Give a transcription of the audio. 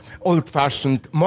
old-fashioned